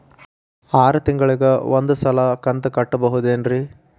ಆರ ತಿಂಗಳಿಗ ಒಂದ್ ಸಲ ಕಂತ ಕಟ್ಟಬಹುದೇನ್ರಿ?